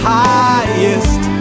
highest